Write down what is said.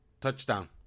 Touchdown